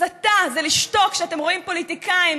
הסתה זה לשתוק כשאתם רואים פוליטיקאים